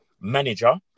manager